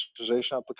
application